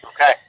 Okay